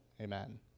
Amen